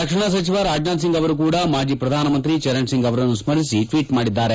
ರಕ್ಷಣಾ ಸಚಿವ ರಾಜನಾಥ್ ಸಿಂಗ್ ಅವರು ಕೂಡ ಮಾಜಿ ಪ್ರಧಾನಮಂತ್ರಿ ಚರಣ್ ಸಿಂಗ್ ಅವರನ್ನು ಸ್ಮರಿಸಿ ಟ್ವೀಟ್ ಮಾಡಿದ್ದಾರೆ